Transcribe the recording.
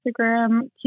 Instagram